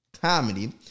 comedy